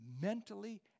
mentally